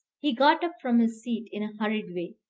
he got up from his seat in a hurried way.